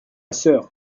soeur